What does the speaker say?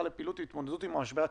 לפעילות בהתמודדות עם המשבר הכלכלי.